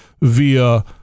via